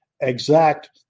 exact